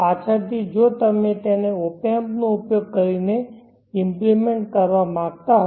પાછળથી જો તમે તેને ઓપેમ્પ નો ઉપયોગ કરીને ઈમ્પ્લીમેન્ટ કરવા માંગતા હો